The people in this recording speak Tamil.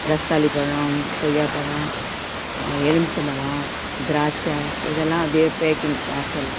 ரஸ்தாளிப்பழோம் கொய்யாப்பழம் எலுமிச்சம்பழம் திராட்சை இதெல்லாம் அப்படியே பேக்கிங் பார்சல்